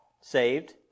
saved